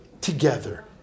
together